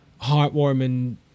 heartwarming